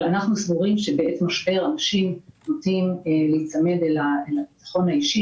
אנחנו סבורים שבעת משבר אנשים נוטים להיצמד אל הביטחון האישי,